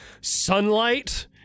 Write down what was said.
sunlight